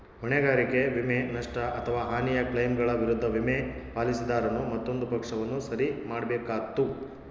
ಹೊಣೆಗಾರಿಕೆ ವಿಮೆ, ನಷ್ಟ ಅಥವಾ ಹಾನಿಯ ಕ್ಲೈಮ್ಗಳ ವಿರುದ್ಧ ವಿಮೆ, ಪಾಲಿಸಿದಾರನು ಮತ್ತೊಂದು ಪಕ್ಷವನ್ನು ಸರಿ ಮಾಡ್ಬೇಕಾತ್ತು